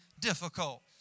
difficult